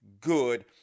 good